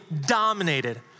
dominated